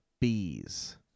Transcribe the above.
bees